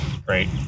Great